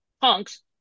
punks